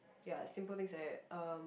ya simple things like that um